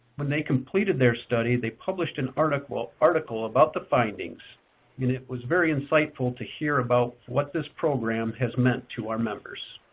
when they completed their study, they published an article article about the findings, and it was very insightful to hear about what this program has meant to our members.